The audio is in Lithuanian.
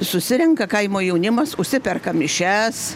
susirenka kaimo jaunimas užsiperka mišias